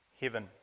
heaven